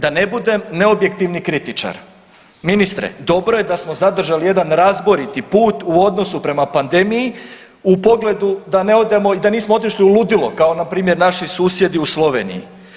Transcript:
Da ne budem neobjektivni kritičar, ministre dobro je da smo zadržali jedan razboriti put u odnosu prema pandemiji u pogledu da nismo otišli u ludilo kao npr. naši susjedi u Sloveniji.